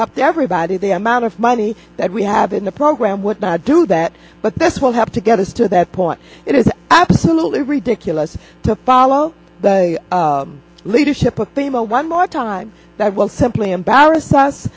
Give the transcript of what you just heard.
have to everybody the amount of money that we have in the program would not do that but this will have to get us to that point it is absolutely ridiculous to follow the leadership of people one more time that will simply embarrass